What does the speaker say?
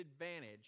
advantage